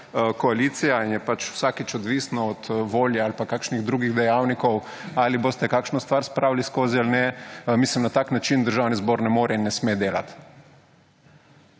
koalicija in je vsakič odvisno od volje ali pa kakšnih drugačnih dejavnikov, ali boste kakšno stvar spravili skozi ali ne. Mislim, na tak način Državni zbor ne more in ne sme delati.